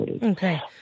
Okay